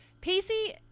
Pacey